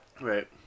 Right